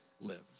live